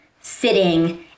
sitting